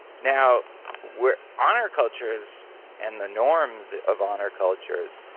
now where honor cultures and the norms of honor cultures,